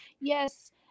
yes